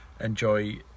enjoy